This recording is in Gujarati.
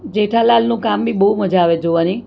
જેઠાલાલનું કામ બી બહુ મજા આવે જોવાની